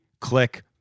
click